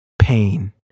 pain